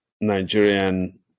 Nigerian